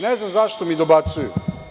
Ne znam zašto mi dobacuju.